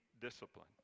discipline